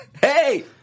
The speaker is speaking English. Hey